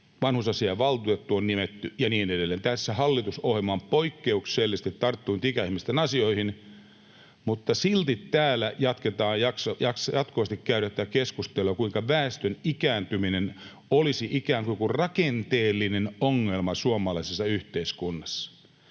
Vanhusasiainvaltuutettu on nimetty, ja niin edelleen. Hallitusohjelma on poikkeuksellisesti tarttunut ikäihmisten asioihin, mutta silti täällä jatkuvasti käydään tätä keskustelua, kuinka väestön ikääntyminen olisi ikään kuin joku rakenteellinen ongelma suomalaisessa yhteiskunnassa.